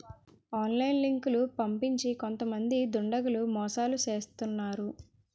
online లింకులు పంపించి కొంతమంది దుండగులు మోసాలు చేస్తున్నారు